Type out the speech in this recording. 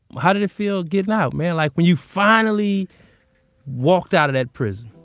how did it feel gettin' out, man, like when you finally walked out of that prison?